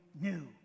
new